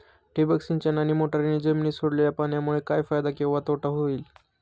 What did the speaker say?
ठिबक सिंचन आणि मोटरीने जमिनीत सोडलेल्या पाण्यामुळे काय फायदा किंवा तोटा होईल?